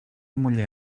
muller